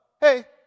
Hey